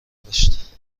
داشت